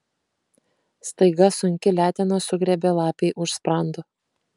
staiga sunki letena sugriebė lapei už sprando